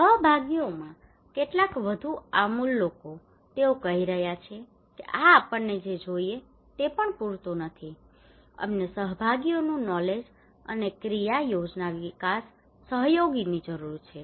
સહભાગીઓમાં કેટલાક વધુ આમૂલ લોકો તેઓ કહી રહ્યા છે કે આ આપણને જે જોઈએ તે પણ પૂરતું નથી અમને સહયોગીનુ નોલેજ અને ક્રિયા યોજના વિકાસ સહયોગી જરૂર છે